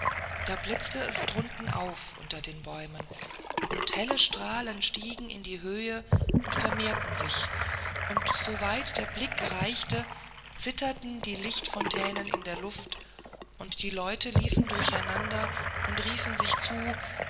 da blitzte es drunten auf über den bäumen und helle strahlen stiegen in die höhe und mehrten sich und so weit der blick reichte zitterten die lichtfontänen in der luft und die leute liefen durcheinander und riefen sich zu